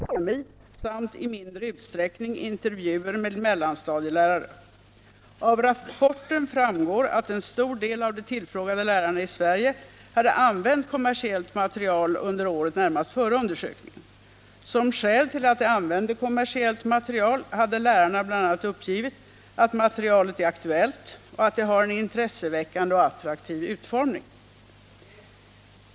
Herr talman! Inga Lantz har frågat mig vilka åtgärder jag ämnar vidta för att ändra på förhållandet att skolan ofta använder reklammaterial som läromedel, vilket framkommit i en rapport från nordiska ämbetsmannakommittén för konsumentfrågor. Bakgrundsmaterial till den aktuella rapporten är bl.a. ett antal intervjuer med lärare i hemkunskap, barnkunskap, samhällskunskap och ekonomi samt —- i mindre utsträckning — intervjuer med mellanstadielärare. Av rapporten framgår att en stor del av de tillfrågade lärarna i Sverige hade använt kommersiellt material under året närmast före undersökningen. Som skäl till att de använde kommersiellt material hade lärarna bl.a. uppgivit att materialet är aktuellt och att det har en intresseväckande och attraktiv utformning.